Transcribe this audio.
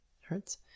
hurts